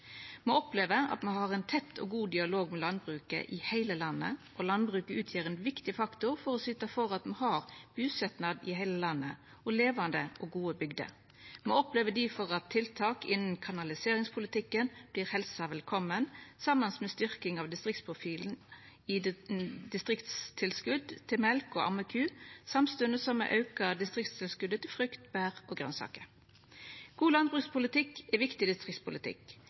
Me opplever at me har ein tett og god dialog med landbruket i heile landet. Landbruket utgjer ein viktig faktor for å syta for at me har busetnad i heile landet og levande og gode bygder. Me opplever difor at tiltak innan kanaliseringspolitikken vert helsa velkomne – saman med styrking av distriktsprofilen i driftstilskot til mjølk og ammeku, samstundes som me aukar distriktstilskotet til frukt, bær og grønsaker. God landbrukspolitikk er viktig distriktspolitikk.